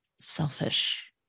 selfish